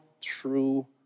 true